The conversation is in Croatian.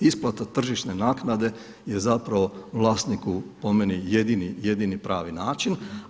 Isplata tržišne naknade je zapravo vlasniku po meni jedini, jedini pravi način.